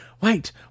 Wait